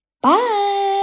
Bye